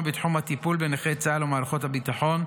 בתחום הטיפול בנכי צה"ל ומערכות הביטחון,